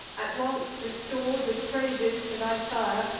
at once restor'd, with praises, to thy sire,